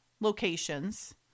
locations